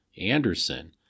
Anderson